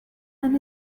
and